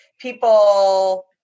people